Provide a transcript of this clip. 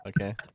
Okay